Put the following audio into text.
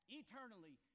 eternally